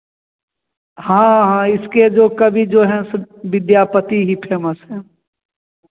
हाँ हाँ इसके जो कवि जो हैं सो विद्यापति ही फेमस हैं